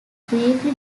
briefly